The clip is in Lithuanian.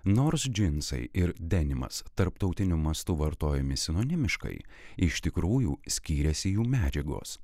nors džinsai ir denimas tarptautiniu mastu vartojami sinonimiškai iš tikrųjų skyrėsi jų medžiagos